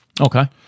Okay